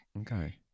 okay